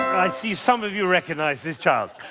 i see some of you recognize this child.